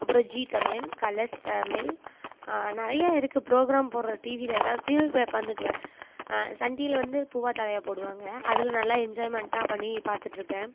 அப்புறம் Zee Tamil colors சி தமிழ் நிறைய இருக்குது ப்ரோக்ராம் போடுற டிவியில் எல்லாத்தையும் நான் போய் உட்காந்துக்குவேன் சன் டிவியில் வந்து பூவா தலையா போடுவாங்க அதில் நல்லா என்ஜாய்மெண்ட்டாக பண்ணி பார்த்துட்டுருப்பேன்